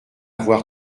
voir